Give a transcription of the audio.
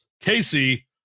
Casey